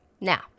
Now